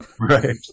Right